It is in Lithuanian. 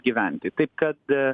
gyventi taip kad